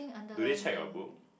do they check your book